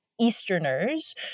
Easterners